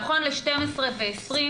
נכון ל-12:20,